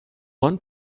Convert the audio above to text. one